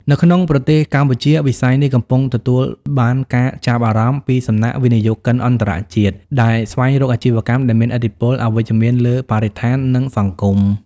នៅក្នុងប្រទេសកម្ពុជា វិស័យនេះកំពុងទទួលបានការចាប់អារម្មណ៍ពីសំណាក់វិនិយោគិនអន្តរជាតិ ដែលស្វែងរកអាជីវកម្មដែលមានឥទ្ធិពលវិជ្ជមានលើបរិស្ថាន និងសង្គម។